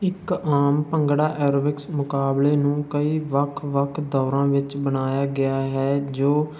ਇਕ ਆਮ ਭੰਗੜਾ ਐਰੋਬਿਕਸ ਮੁਕਾਬਲੇ ਨੂੰ ਕਈ ਵੱਖ ਵੱਖ ਦੌਰਾਂ ਵਿੱਚ ਬਣਾਇਆ ਗਿਆ ਹੈ ਜੋ